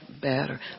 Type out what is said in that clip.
better